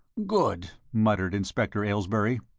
good, muttered inspector aylesbury.